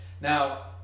Now